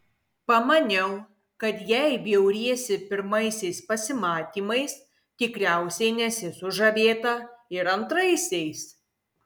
pamaniau kad jei bjauriesi pirmaisiais pasimatymais tikriausiai nesi sužavėta ir antraisiais